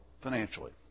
financially